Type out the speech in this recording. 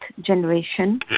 generation